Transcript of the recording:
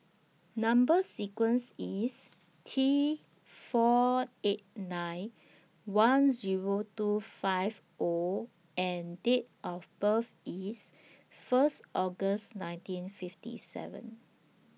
Number sequence IS T four eight nine one Zero two five O and Date of birth IS First August nineteen fifty seven